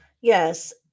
Yes